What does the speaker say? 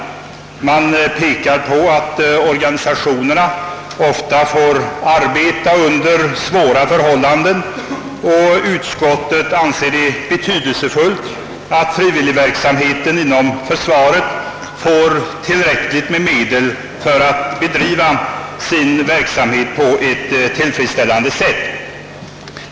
Utskottet pekar på att organisationerna ofta får arbeta under svåra förhållanden, och man säger det vara betydelsefullt att frivilligverksamheten inom försvaret får tillräckligt med medel för att bedriva sin verksamhet på ett tillfredsställande sätt.